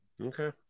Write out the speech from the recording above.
Okay